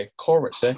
chorus